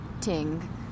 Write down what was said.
ting